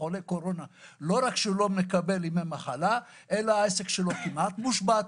לא רק שהוא לא מקבל ימי מחלה אלא שהעסק שלו כמעט מושבת.